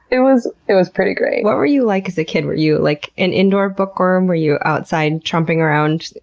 it was. it was pretty great. what were you like as a kid? were you like, an indoor bookworm? were you outside tromping around,